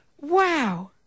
wow